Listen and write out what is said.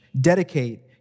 Dedicate